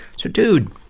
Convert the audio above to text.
so, dude!